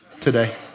today